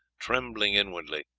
trembling inwardly.